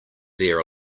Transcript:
there